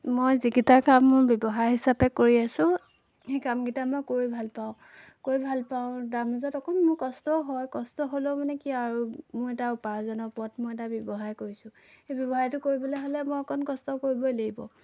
মই যিকেইটা কাম মোৰ ব্যৱহাৰ হিচাপে কৰি আছোঁ সেই কামকেইটা মই কৰি ভাল পাওঁ কৰি ভাল পাওঁ তাৰ মাজত অকণ মোৰ কষ্টও হয় কষ্ট হ'লেও মানে কি আৰু মই এটা উপাৰ্জনৰ পথ মই এটা ব্যৱসায় কৰিছোঁ সেই ব্যৱসায়টো কৰিবলৈ হ'লে মই অকণ কষ্ট কৰিবই লাগিব